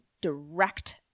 direct